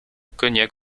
cognac